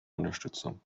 unterstützung